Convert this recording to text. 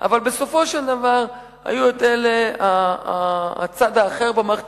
אבל בסופו של דבר הצד האחר במערכת